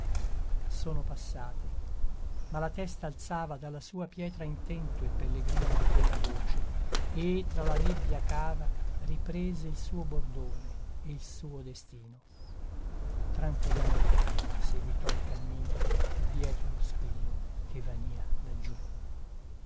sono passate ma la testa alzava dalla sua pietra intento il pellegrino a quella voce e tra la nebbia cava riprese il suo bordone e il suo destino tranquillamente seguitò il cammino dietro lo squillo che vanìa laggiù